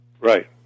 Right